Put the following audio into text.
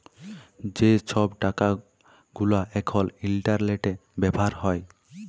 যে ছব টাকা গুলা এখল ইলটারলেটে ব্যাভার হ্যয়